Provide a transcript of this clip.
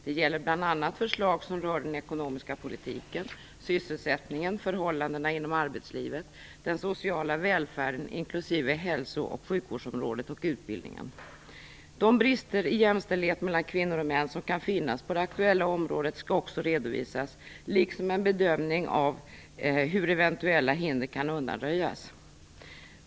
Det gäller bl a förslag som rör den ekonomiska politiken, sysselsättningen, förhållandena inom arbetslivet, den sociala välfärden inklusive hälso och sjukvårdsområdet och utbildningen. De brister i jämställdhet mellan kvinnor och män som kan finnas på det aktuella området skall också redovisas, liksom en bedömning av hur eventuella hinder kan undanröjas."